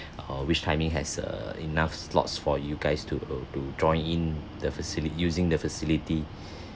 or which timing has err enough slots for you guys to to join in the facili~ using the facility